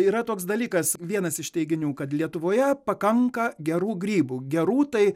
yra toks dalykas vienas iš teiginių kad lietuvoje pakanka gerų grybų gerų tai